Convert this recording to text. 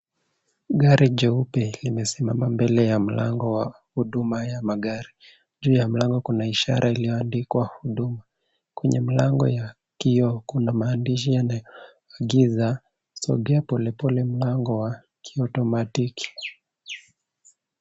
Gari jeupe limesimama mbele ya mlango wa huduma ya magari. Juu ya mlango kuna ishara iliyoandikwa huduma. Kwenye mlango ya kioo kuna maandishi yanayoagiza sogea polepole mlango wa ki automatiki.